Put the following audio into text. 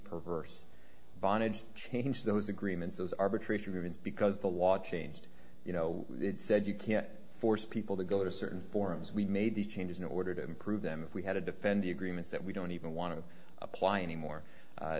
perverse bondages change those agreements as arbitration rules because the law changed you know it said you can't force people to go to certain forums we've made the changes in order to improve them if we had to defend the agreements that we don't even want to apply anymore